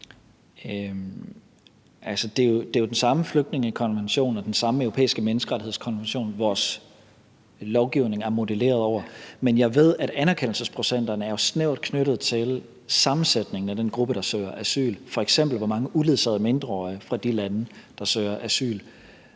det er jo den samme flygtningekonvention og den samme Europæiske Menneskerettighedskonvention, vores lovgivning er modelleret over. Men jeg ved, at anerkendelsesprocenterne jo er snævert knyttet til sammensætningen af den gruppe, der søger asyl, f.eks. hvor mange uledsagede mindreårige, der er i gruppen, der søger asyl.